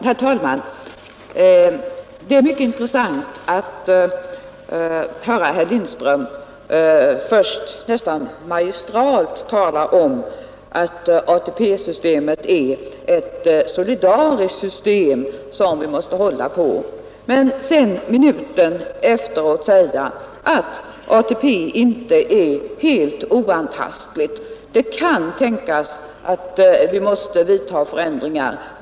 Herr talman! Det är mycket intressant att höra herr Lindström först nästan magistralt tala om att ATP-systemet är ett solidariskt system som vi måste hålla på men minuten efteråt tillägga att systemet inte är helt oantastligt, och att det kan tänkas att man måste vidta förändringar.